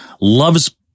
loves